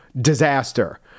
disaster